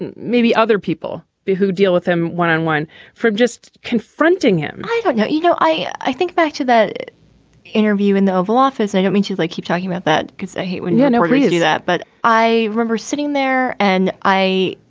and maybe other people but who deal with him one on one from just confronting him? i don't know. you know, i i think back to that interview in the oval office. i don't mean to, like, keep talking about that, because i hate when yeah you do that. but i remember sitting there and i.